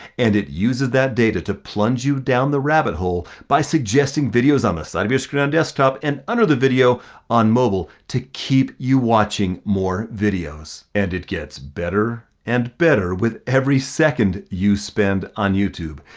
and it uses that data to plunge you down the rabbit hole by suggesting videos on the side of your screen desktop and under the video on mobile to keep you watching more videos, and it gets better and better with every second you spend on youtube.